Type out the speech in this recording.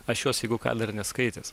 aš jos jeigu ką dar neskaitęs